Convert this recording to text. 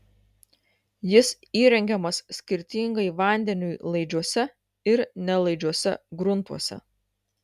jis įrengiamas skirtingai vandeniui laidžiuose ir nelaidžiuose gruntuose